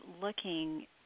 looking